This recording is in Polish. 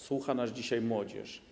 Słucha nas dzisiaj młodzież.